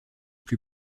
plus